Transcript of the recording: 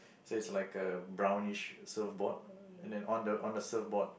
so is like a brownish surfboard uh and then on the on the surfboard